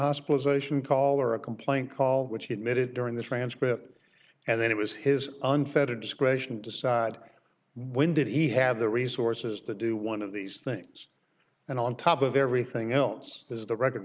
hospitalization call or a complaint call which he admitted during the transcript and then it was his unfettered discretion to decide when did he have the resources to do one of these things and on top of everything else is the re